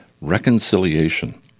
reconciliation